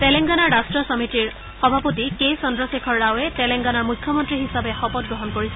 তেলেংগাান ৰট্ট সমিতিৰ সভাপতি কে চন্দ্ৰশেখৰ ৰাৱে তেলেংগানাৰ মুখ্যমন্ত্ৰী হিচাপে শপত গ্ৰহণ কৰিছে